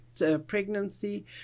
Pregnancy